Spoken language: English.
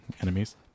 enemies